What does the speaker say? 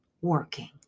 working